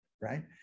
right